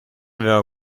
aveva